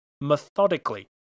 methodically